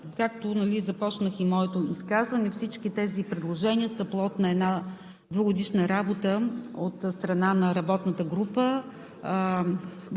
както започнах моето изказване, всички тези предложения са плод на една двугодишна работа от страна на работната група,